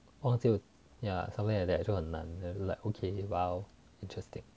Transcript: oh ya something like that 就很难 like okay !wow! interesting